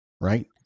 right